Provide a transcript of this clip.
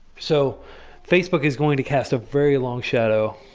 so facebook is going to cast a very long shadow.